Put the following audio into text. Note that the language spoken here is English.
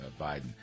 Biden